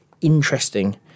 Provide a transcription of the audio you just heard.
interesting